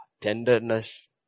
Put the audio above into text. tenderness